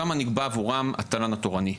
שם נקבע עבורם התל"ן התורני.